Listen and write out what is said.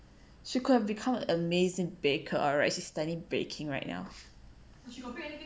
she could have become an amazing baker alright she studying baking right now